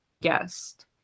guest